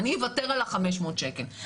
אני אוותר על ה-500 שקלים,